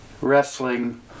wrestling